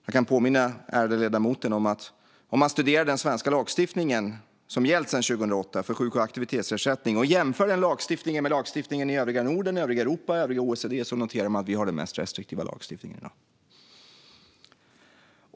Jag kan påminna den ärade ledamoten om att om man studerar den svenska lagstiftningen för sjuk och aktivitetsersättning, som gällt sedan 2008, och jämför den med lagstiftningen i övriga Norden, övriga Europa och övriga OECD noterar man att vi har den mest restriktiva lagstiftningen.